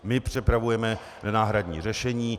My připravujeme náhradní řešení.